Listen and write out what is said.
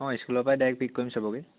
অঁ ইস্কুলৰ পৰাই ডাইৰেক্ট পিক কৰিম চবকে